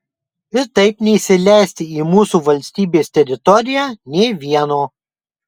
ir taip neįsileisti į mūsų valstybės teritoriją nė vieno